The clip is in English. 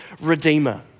Redeemer